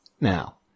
Now